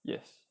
yes